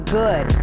good